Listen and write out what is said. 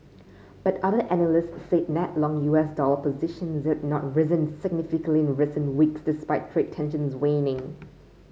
but other analysts said net long U S dollar positions had not risen significantly in recent weeks despite trade tensions waning